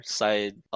side